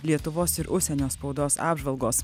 lietuvos ir užsienio spaudos apžvalgos